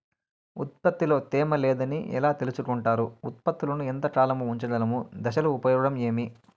ఉత్పత్తి లో తేమ లేదని ఎలా తెలుసుకొంటారు ఉత్పత్తులను ఎంత కాలము ఉంచగలము దశలు ఉపయోగం ఏమి?